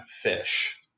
fish